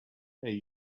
and